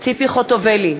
ציפי חוטובלי,